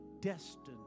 destined